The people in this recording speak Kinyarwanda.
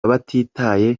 batitaye